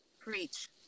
Preach